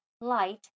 light